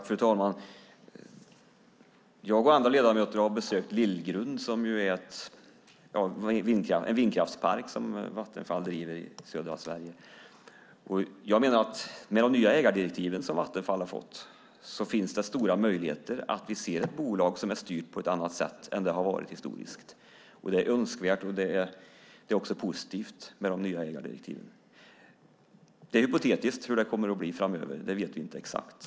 Fru talman! Jag och andra ledamöter har besökt Lillgrund som är en vindkraftspark som Vattenfall driver i södra Sverige. Jag menar att det med de nya ägardirektiven, som Vattenfall har fått, finns stora möjligheter att vi ser ett bolag som är styrt på ett annat sätt än det har varit historiskt. Det är önskvärt, och det är också positivt med de nya ägardirektiven. Det är hypotetiskt hur det kommer att bli framöver. Det vet vi inte exakt.